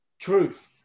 truth